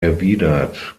erwidert